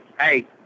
Hey